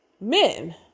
men